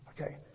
Okay